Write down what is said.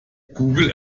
google